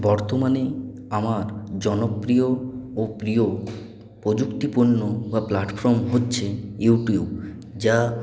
বর্তমানে আমার জনপ্রিয় ও প্রিয় প্রযুক্তিপূর্ণ বা প্ল্যাটফর্ম হচ্ছে ইউটিউব যা